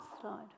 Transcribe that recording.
Slide